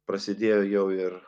prasidėjo jau ir